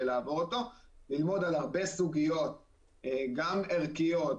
לעבור אותו אלא ללמוד על הרבה סוגיות גם ערכיות,